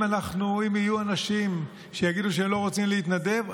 אם יהיו אנשים שיגידו שהם לא רוצים להתנדב,